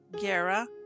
Gera